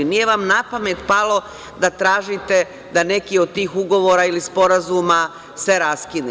Nije vam na pamet palo da tražite da neki od tih ugovora ili sporazuma se raskinu.